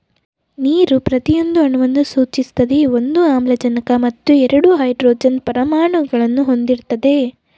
ನೀರು ಪ್ರತಿಯೊಂದು ಅಣುವನ್ನು ಸೂಚಿಸ್ತದೆ ಒಂದು ಆಮ್ಲಜನಕ ಮತ್ತು ಎರಡು ಹೈಡ್ರೋಜನ್ ಪರಮಾಣುಗಳನ್ನು ಹೊಂದಿರ್ತದೆ